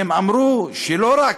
והן אמרו שלא רק,